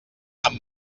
amb